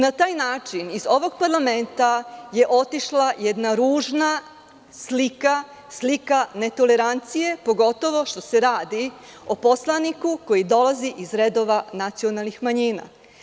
Na taj način iz ovog parlamenta je otišla jedna ružna slika, slika netolerancije, pogotovo što se radi o poslaniku koji dolazi iz redova nacionalnih manjina.